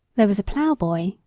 there was a plowboy,